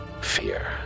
fear